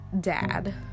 dad